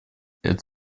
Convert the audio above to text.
это